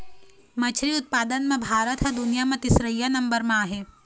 मछरी उत्पादन म भारत ह दुनिया म तीसरइया नंबर म आहे